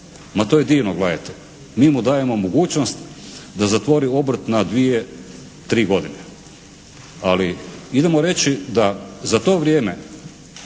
Ma to je divno. Gledajte, mi mu dajemo mogućnost da zatvori obrt na dvije, tri godine, ali idemo reći da za to vrijeme